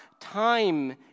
Time